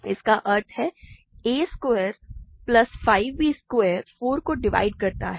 इसका अर्थ है a square plus 5 b square 4 को डिवाइड करता है